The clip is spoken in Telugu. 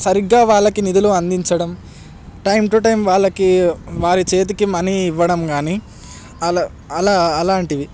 సరిగ్గా వాళ్లకి నిధులు అందించడం టైం టు టైం వాళ్లకి వారి చేతికి మనీ ఇవ్వడం కానీ అలా అలా అలాంటివి